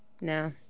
no